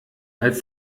als